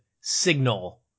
signal